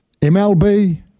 MLB